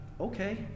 Okay